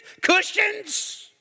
cushions